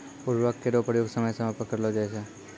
उर्वरक केरो प्रयोग समय समय पर करलो जाय छै